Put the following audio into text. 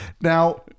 now